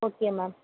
okay ma'am